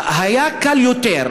היה קל יותר,